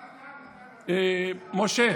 משה,